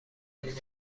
بین